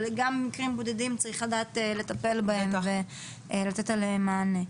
אבל גם מקרים בודדים צריך לתת את הדעת לטפל בהם ולתת עליהם מענה.